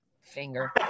finger